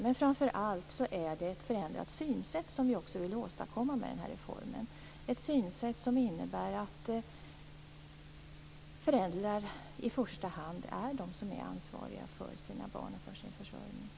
Vi vill framför allt åstadkomma ett förändrat synsätt med denna reform, ett synsätt som innebär att det i första hand är föräldrarna som är ansvariga för sina barns försörjning.